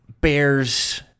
Bears